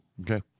Okay